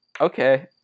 Okay